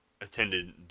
attended